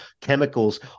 chemicals